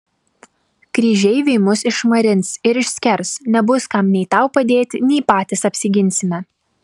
kryžeiviai mus išmarins ir išskers nebus kam nei tau padėti nei patys apsiginsime